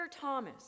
Thomas